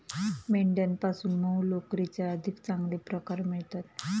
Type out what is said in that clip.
मेंढ्यांपासून मऊ लोकरीचे अधिक चांगले प्रकार मिळतात